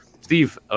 Steve